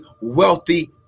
wealthy